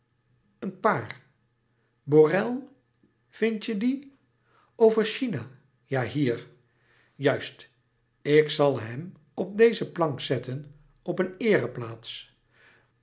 een paar borel vindt je dien over china ja hier louis couperus metamorfoze juist ik zal hem op deze plank zetten op een